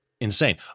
insane